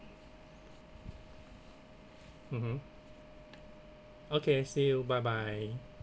mmhmm okay see you bye bye